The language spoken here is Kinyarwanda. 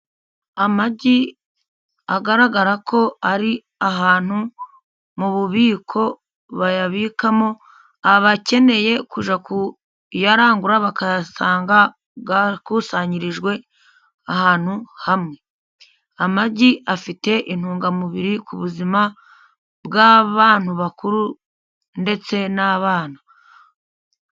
Amagi agaragara ko ari ahantu mu bubiko bayabikamo, abakeneye kujya kuyarangura bakayasanga bwarakusanyirijwe ahantu hamwe, amagi afite intungamubiri ku buzima bw'abantu bakuru ndetse n'abana.